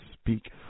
Speak